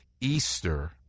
Easter